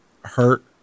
hurt